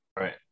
Right